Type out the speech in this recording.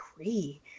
agree